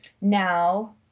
now